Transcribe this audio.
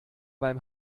beim